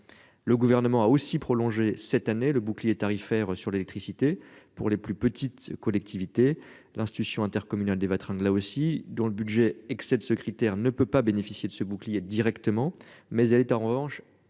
Le gouvernement a aussi prolongé cette année le bouclier tarifaire sur l'électricité pour les plus petites collectivités l'institution intercommunale des Éva train de là aussi dans le budget excède ce critère ne peut pas bénéficier de ce bouclier directement mais elle est en revanche éligible